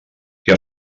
què